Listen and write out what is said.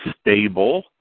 stable